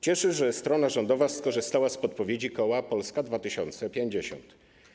Cieszy to, że strona rządowa skorzystała z podpowiedzi koła Polska 2050.